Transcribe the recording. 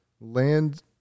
land